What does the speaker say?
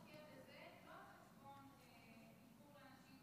אז שהאוצר ישקיע בזה לא על חשבון ייקור לאנשים,